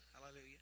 hallelujah